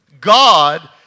God